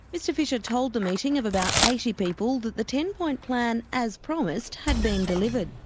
mr fischer told the meeting of about eighty people that the ten point plan, as promised, had been delivered.